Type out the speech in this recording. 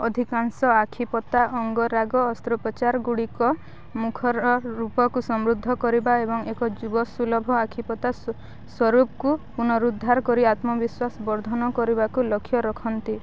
ଅଧିକାଂଶ ଆଖିପତା ଅଙ୍ଗରାଗ ଅସ୍ତ୍ରୋପଚାରଗୁଡ଼ିକ ମୁଖର ରୂପକୁ ସମୃଦ୍ଧ କରିବା ଏବଂ ଏକ ଯୁବ ସୁଲଭ ଆଖିପତା ସ୍ଵରୂପକୁ ପୁନରୁଦ୍ଧାର କରି ଆତ୍ମବିଶ୍ୱାସ ବର୍ଦ୍ଧନ କରିବାକୁ ଲକ୍ଷ୍ୟ ରଖନ୍ତି